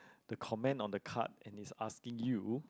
the comment on the card and is asking you